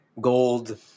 Gold